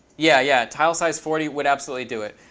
yeah, yeah tile size forty would absolutely do it.